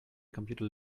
computer